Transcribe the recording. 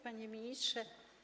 Panie Ministrze!